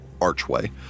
archway